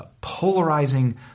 polarizing